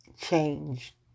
change